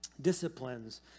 disciplines